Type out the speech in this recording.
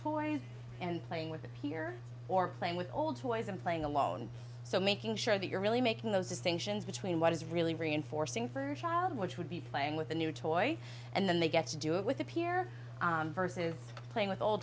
toys and playing with it here or playing with old toys and playing alone so making sure that you're really making those distinctions between what is really reinforcing for a child which would be playing with a new toy and then they get to do it with the peer verses playing with old